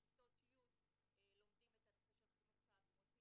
כיתות י' לומדים את הנושא של חינוך תעבורתי,